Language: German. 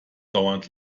dauert